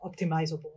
optimizable